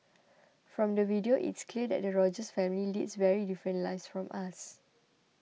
from the video it's clear that the Rogers family leads very different lives from us